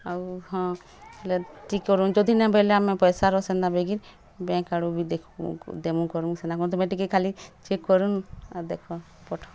ଆଉ ହଁ ହେଲେ ଠିକ୍ କରୁନ୍ ଯଦି ନାଇଁ ବୋଇଲେ ଆମେ ପଇସା ର ବ୍ୟାଙ୍କ୍ ଆଡ଼ୁ ବି ଦେଖ୍ ବୁ ଦେମୁ କରମୁ ସେନା କ'ଣ ତମେ ଟିକେ ଖାଲି ଚେକ୍ କରୁନ୍ ଆଉ ଦେଖୁନ୍ ପଠ